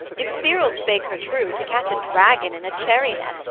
if cyril spake her true, to catch a dragon in a cherry net,